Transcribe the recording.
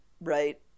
right